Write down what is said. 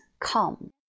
come